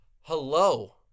Hello